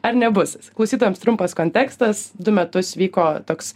ar nebus jis klausytojams trumpas kontekstas du metus vyko toks